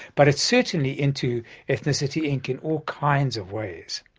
but it's certainly into ethnicity inc. in all kinds of ways.